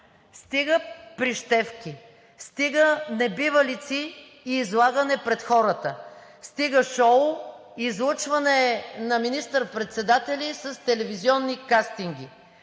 Стига прищевки, стига небивалици и излагане пред хората, стига шоу – излъчване на министър-председатели с телевизионни кастинги!